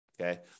okay